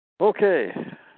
Okay